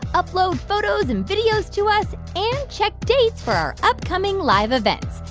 upload photos and videos to us and check dates for our upcoming live events.